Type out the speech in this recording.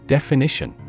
Definition